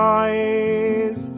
eyes